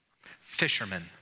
Fishermen